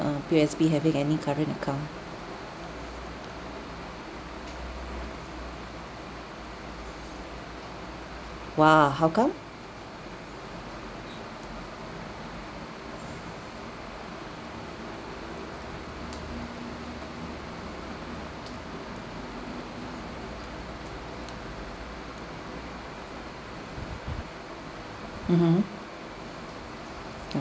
uh P_O_S_B having any current account !wah! how come mmhmm